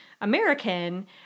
American